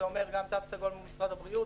זה אומר גם "תו סגול" מול משרד הבריאות,